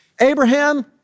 Abraham